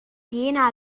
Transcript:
jena